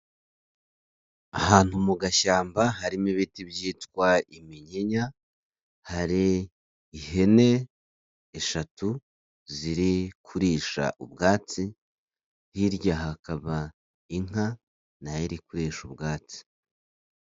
Ahantu mu gashyamba harimo ibiti byitwa iminyinya hari ihene eshatu ziri kurisha ubwatsi, hirya hakaba inka na yo iri kurisha ubwatsi.